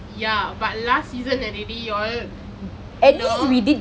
ya but last season already all you know